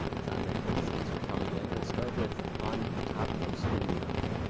john nichols. thanks for coming in. we'll start with on top of spoon mountain.